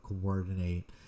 coordinate